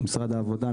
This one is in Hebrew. משרד העבודה,